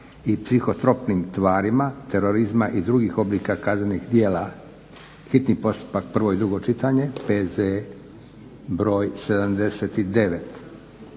i psihotropnim tvarima, terorizma i drugih oblika kaznenih djela, hitni postupak, prvo i drugo čitanje, P.Z. br. 79.